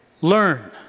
learn